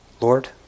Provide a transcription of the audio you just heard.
Lord